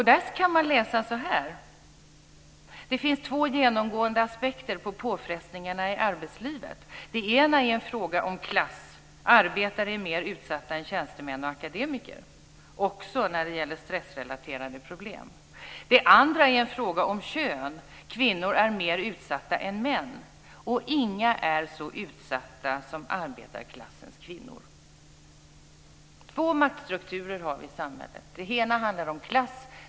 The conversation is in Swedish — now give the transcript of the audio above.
Där kunde man läsa att det finns två genomgående aspekter på påfrestningarna i arbetslivet. Den ena är en fråga om klass. Arbetare är mer utsatta än tjänstemän och akademiker också när det gäller stressrelaterade problem. Den andra är en fråga om kön. Kvinnor är mer utsatta än män. Och inga är så utsatta som arbetarklassens kvinnor. Två maktstrukturer har vi i samhället. Den ena handlar om klass.